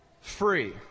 free